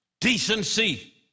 decency